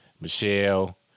Michelle